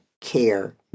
care